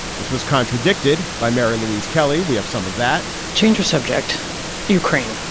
this was contradicted by mary louise kelly. we have some of that change of subject ukraine.